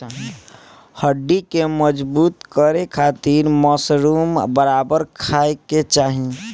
हड्डी के मजबूत करे खातिर मशरूम बराबर खाये के चाही